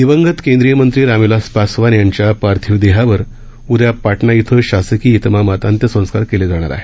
दिवंगत केंद्रीय मंत्री राम विलास पासवान यांच्या पार्थिव देहावर उदया पाटणा इथं शासकीय इतमामात अंत्यसंस्कार केले जाणार आहेत